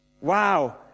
wow